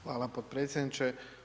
Hvala potpredsjedniče.